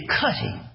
cutting